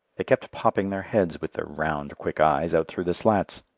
they kept popping their heads, with their round, quick eyes out through the slats,